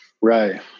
Right